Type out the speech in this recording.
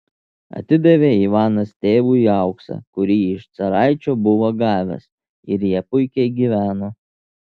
atidavė ivanas tėvui auksą kurį iš caraičio buvo gavęs ir jie puikiai gyveno